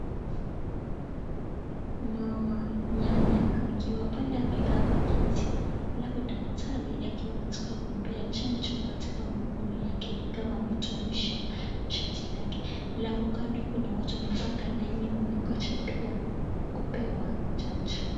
Mama nyanya akiwa pale amekaa kwa kiti halafu daktari akiwa anataka kumpea chanjo katika mkono yake kama ametowanisha shati lake, halafu kando kuna watu wamepanga laini wakingoja pia kupwea chanjo.